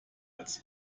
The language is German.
als